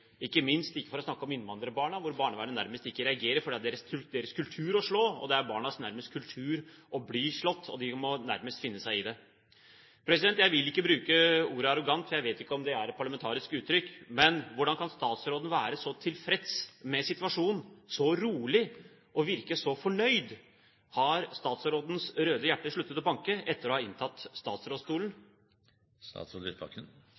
ikke minst å snakke om innvandrerbarna, hvor barnevernet nærmest ikke reagerer fordi det er deres kultur å slå, og det er nærmest barnas kultur å bli slått, så de må finne seg i det. Jeg vil ikke bruke ordet arrogant, for jeg vet ikke om det er et parlamentarisk uttrykk, men hvordan kan statsråden være så tilfreds med situasjonen, så rolig og virke så fornøyd? Har statsrådens røde hjerte sluttet å banke etter å ha inntatt